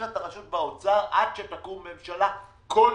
את הרשות באוצר עד שתקום ממשלה כלשהי.